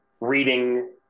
reading